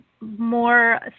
more